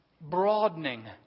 broadening